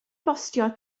bostio